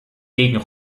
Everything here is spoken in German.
gegen